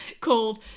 called